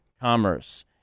commerce